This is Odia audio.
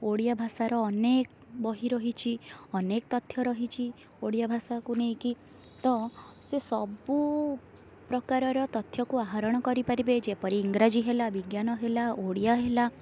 ଓଡ଼ିଆଭାଷା ର ଅନେକ ବହି ରହିଛି ଅନେକ ତଥ୍ୟ ରହିଛି ଓଡ଼ିଆଭାଷା କୁ ନେଇକି ତ ସେ ସବୁ ପ୍ରକାରର ତଥ୍ୟ କୁ ଆହରଣ କରିପାରିବେ ଯେପରି ଇଂରାଜୀ ହେଲା ବିଜ୍ଞାନ ହେଲା ଓଡ଼ିଆ ହେଲା